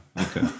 okay